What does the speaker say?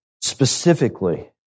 specifically